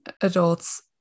adults